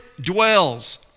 dwells